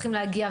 צריכים להגיע.